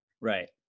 Right